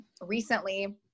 Recently